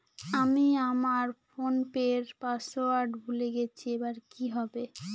আমি আমার ফোনপের পাসওয়ার্ড ভুলে গেছি এবার কি হবে?